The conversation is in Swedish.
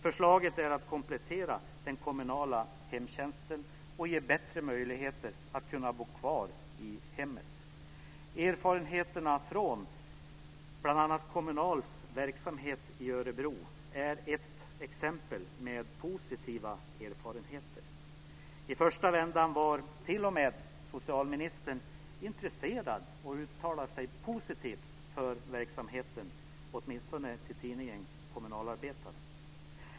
Förslaget är att man ska komplettera den kommunala hemtjänsten och ge människorna bättre möjligheter att bo kvar i hemmet. Erfarenheterna från bl.a. Kommunals verksamhet i Örebro är ett exempel med positiva erfarenheter. I första vändan var t.o.m. socialministern intresserad och uttalade sig positivt för verksamheten, åtminstone i tidningen Kommunalarbetaren.